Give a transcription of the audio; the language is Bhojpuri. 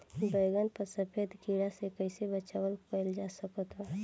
बैगन पर सफेद कीड़ा से कैसे बचाव कैल जा सकत बा?